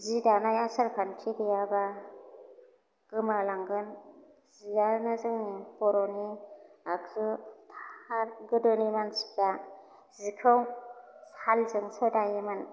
जि दानाय आसारखान्थि गैयाबा गोमालांगोन जियानो जोंनि ब'रनि आखु थार गोदोनि मानसिफ्रा जिखौ सालजोंसो दायोमोन